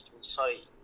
sorry